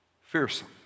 fearsome